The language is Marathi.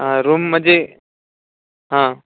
हा रूम म्हणजे हां